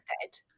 dead